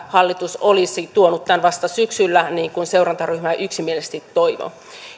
hallitus olisi tuonut tämän vasta syksyllä niin kuin seurantaryhmä yksimielisesti toivoi